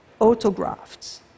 autografts